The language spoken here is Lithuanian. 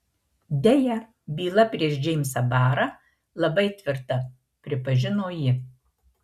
deja byla prieš džeimsą barą labai tvirta pripažino ji